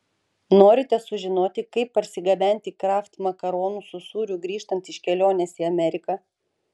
norite sužinoti kaip parsigabenti kraft makaronų su sūriu grįžtant iš kelionės į ameriką